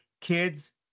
kids